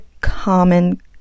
common